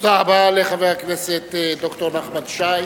תודה רבה לחבר הכנסת ד"ר נחמן שי.